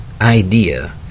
idea